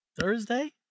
Thursday